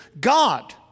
God